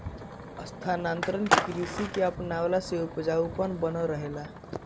स्थानांतरण कृषि के अपनवला से उपजाऊपन बनल रहेला